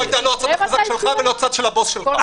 --- הצד שלך ולא הצד של הבוס שלך.